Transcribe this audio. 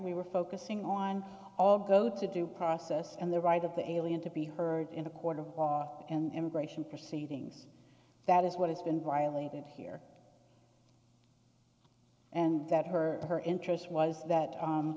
we were focusing on all go to due process and the right of the alien to be heard in a court of law and immigration proceedings that is what has been violated here and that her her interest was that